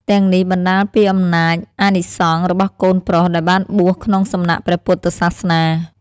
ទាំងនេះបណ្តាលពីអំណាច អានិសង្សរបស់កូនប្រុសដែលបានបួសក្នុងសំណាក់ព្រះពុទ្ធសាសនា។